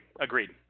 Agreed